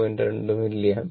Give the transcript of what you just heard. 2 milliampere